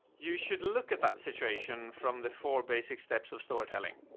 you should look at that situation from the four basic steps of storytelling